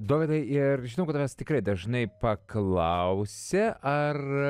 dovydai ir žinau kad tavęs tikrai dažnai paklausia ar